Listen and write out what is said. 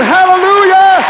Hallelujah